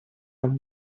нам